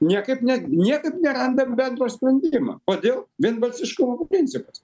niekaip ne niekaip nerandam bendro sprendimo kodėl vienbalsiškumo principas